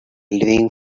living